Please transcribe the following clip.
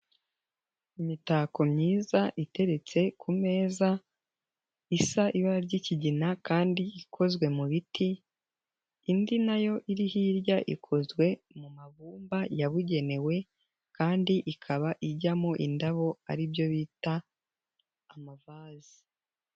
Imitako myiza iteretse ku meza, isa ibara ry'ikigina kandi ikozwe mu biti, indi nayo iri hirya ikozwe mu mabumba yabugenewe kandi ikaba ijyamo indabo, ari byo bita amavazi.